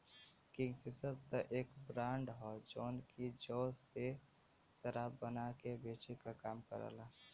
Kingfisher त एक brand हौ जौन की जौ से शराब बना के बेचे क काम करला